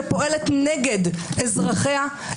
שפועלת נגד אזרחיה,